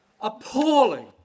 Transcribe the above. appalling